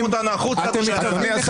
(חבר הכנסת ולדימיר בליאק יוצא מחדר הוועדה.) אדוני השר,